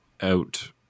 out